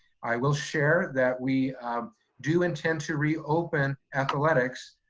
i will share that we do intend to reopen athletics,